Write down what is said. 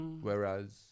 whereas